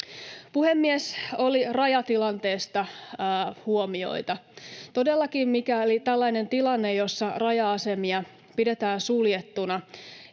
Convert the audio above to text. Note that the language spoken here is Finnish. Puhemies! Rajatilanteesta oli huomioita. Todellakin, mikäli jatkuu kauan tällainen tilanne, jossa raja-asemia pidetään suljettuna